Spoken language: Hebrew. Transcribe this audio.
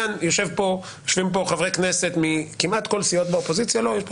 הציע כי הצורה שחבר הכנסת רוטמן והשר לוין מציעים של